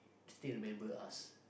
still remember us